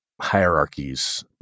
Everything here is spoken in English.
hierarchies